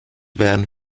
werden